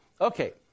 okay